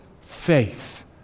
faith